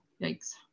yikes